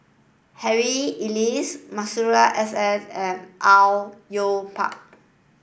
Harry Elias Masuri S N and Au Yue Pak